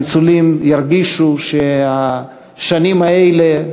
הניצולים ירגישו שהשנים האלה,